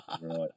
right